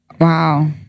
Wow